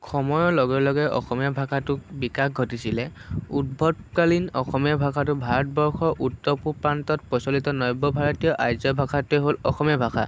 সময়ৰ লগে লগে অসমীয়া ভাষাটোক বিকাশ ঘটিছিল উদ্ভৱকালীন অসমীযা ভাষাটো ভাৰতবৰ্ষৰ উত্তৰ পূৱ প্ৰান্তত প্ৰচলিত নব্য ভাৰতীয় আৰ্য ভাষাটোৱেই হ'ল অসমীয়া ভাষা